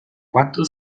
quattro